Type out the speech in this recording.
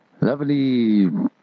Lovely